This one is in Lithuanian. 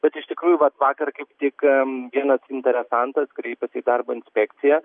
bet iš tikrųjų vat vakar kaip tik vienas interesantas kreipėsi į darbo inspekciją